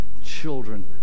children